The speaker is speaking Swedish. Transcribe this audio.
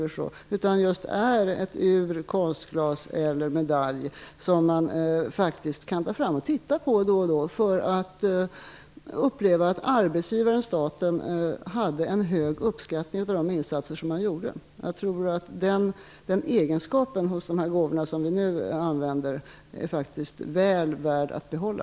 De är glada över att det just är ett ur, ett konstglas eller en medalj som de kan ta fram och titta på då och då för att uppleva att arbetsgiva ren, staten, hade en hög uppskattning av de insat ser de gjorde. Jag tror att den egenskapen hos de gåvor som vi nu använder är väl värd att behålla.